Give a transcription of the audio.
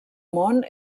món